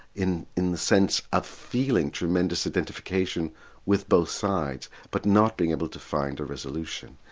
in in the sense of feeling tremendous identification with both sides but not being able to find a resolution.